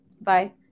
Bye